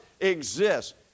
exists